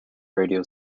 radio